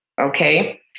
Okay